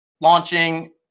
launching